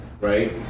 right